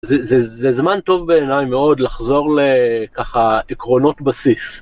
זה זמן טוב בעיניי מאוד לחזור לככה עקרונות בסיס.